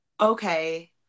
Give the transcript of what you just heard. Okay